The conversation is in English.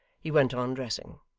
he went on dressing,